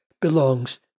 belongs